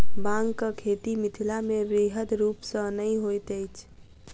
बांगक खेती मिथिलामे बृहद रूप सॅ नै होइत अछि